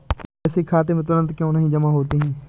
पैसे खाते में तुरंत क्यो नहीं जमा होते हैं?